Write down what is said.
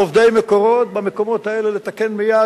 עובדי "מקורות" היו במקומות האלה לתקן מייד,